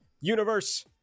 universe